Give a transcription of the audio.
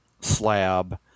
slab